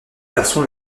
garçon